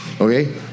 Okay